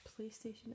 PlayStation